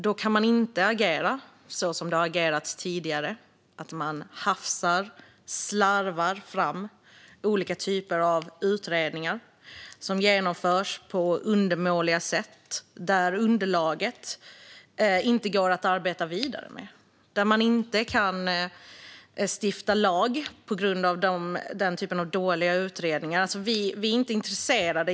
Då kan man inte agera som tidigare och hasta och slarva fram olika utredningar som lämnar undermåliga underlag som det inte går att arbeta vidare med och stifta lag på.